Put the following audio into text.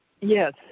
Yes